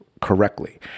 correctly